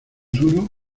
duro